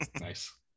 Nice